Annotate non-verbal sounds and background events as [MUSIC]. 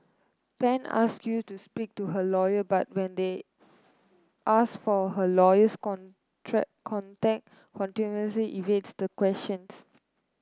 Pan ask Yew to speak to her lawyer but when they ask for her lawyer's [UNINTELLIGIBLE] contact continuously evades the questions